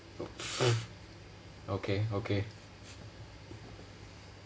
okay okay